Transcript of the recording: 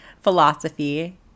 Philosophy